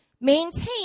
maintain